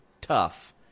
Tough